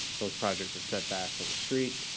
those projects are set back from the street.